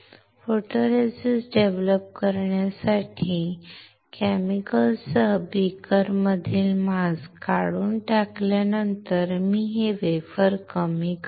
photoresist develop करण्यासाठी रसायनासह बीकरमधील मास्क काढून टाकल्यानंतर मी हे वेफर कमी करीन